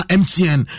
mtn